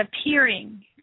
appearing